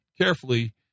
carefully